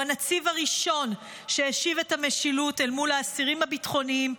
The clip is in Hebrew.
הוא הנציב הראשון שהשיב את המשילות אל מול האסירים הביטחוניים,